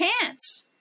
chance